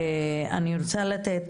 אני רוצה לתת